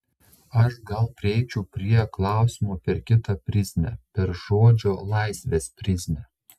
aš gal prieičiau prie klausimo per kitą prizmę per žodžio laisvės prizmę